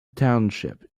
township